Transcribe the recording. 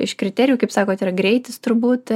iš kriterijų kaip sakot greitis turbūt